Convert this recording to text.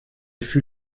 fut